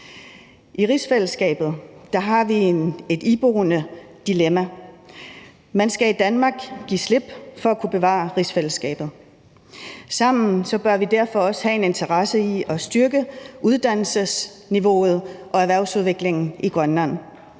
I rigsfællesskabet har vi et iboende dilemma: Man skal i Danmark give slip for at kunne bevare rigsfællesskabet. Sammen bør vi derfor også have en interesse i at styrke uddannelsesniveauet og erhvervsudviklingen i Grønland.